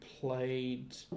played